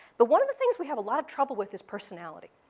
but one of the things we have a lot of trouble with is personality.